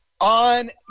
On